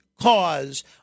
cause